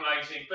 amazing